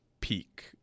peak